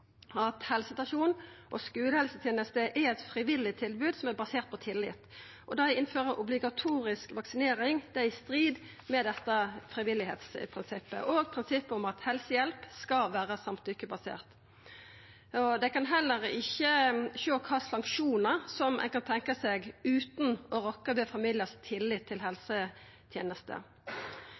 at helsestasjon og skulehelseteneste er eit frivillig tilbod som er basert på tillit, og det å innføra obligatorisk vaksinering er i strid med dette frivilligheitsprinsippet og òg prinsippet om at helsehjelp skal vera samtykkebasert. Dei kan heller ikkje sjå kva sanksjonar ein kan tenkja seg utan å rokka ved familiar sin tillit til